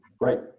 Right